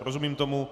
Rozumím tomu.